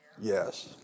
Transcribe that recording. Yes